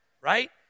right